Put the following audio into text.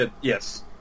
Yes